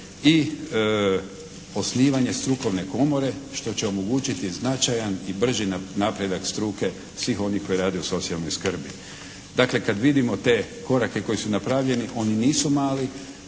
i osnivanje Strukovne komore što će omogućiti značaj i brži napredak struke svih onih koji rade u socijalnoj skrbi. Dakle kad vidimo te korake koji su napravljeni oni nisu mali,